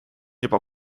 juba